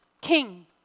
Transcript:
king